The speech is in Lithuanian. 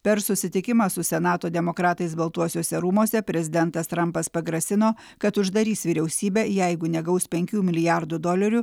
per susitikimą su senato demokratais baltuosiuose rūmuose prezidentas trampas pagrasino kad uždarys vyriausybę jeigu negaus penkių milijardų dolerių